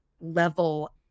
level